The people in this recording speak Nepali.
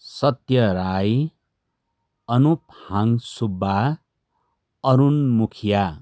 सत्य राई अनुपहाङ सुब्बा अरुण मुखिया